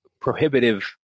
prohibitive